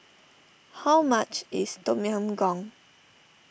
how much is Tom Yam Goong